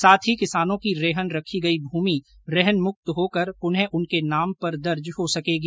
साथ ही किसानों की रहन रखी गई भूमि रहन मुक्त होकर पुनः उनके नाम पर दर्ज हो सकेगी